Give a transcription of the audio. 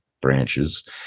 branches